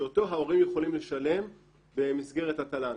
שאותו ההורים יכולים לשלם במסגרת התל"ן,